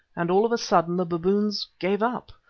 and all of a sudden, the baboons gave up.